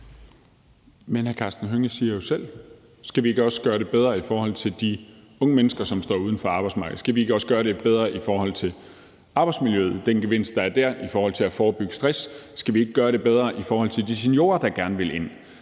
Men hr. Karsten Hønge spørger jo selv, om vi ikke også skal gøre det bedre i forhold til de unge mennesker, som står uden for arbejdsmarkedet, om vi ikke også skal gøre det bedre i forhold til arbejdsmiljøet og den gevinst, der er dér i forhold til at forebygge stress, og om vi ikke skal gøre det bedre i forhold til de seniorer, der gerne vil ind.